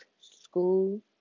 school